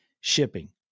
shipping